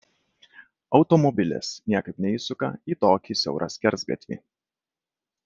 automobilis niekaip neįsuka į tokį siaurą skersgatvį